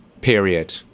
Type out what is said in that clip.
period